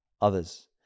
others